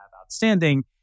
outstanding